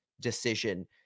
decision